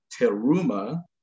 teruma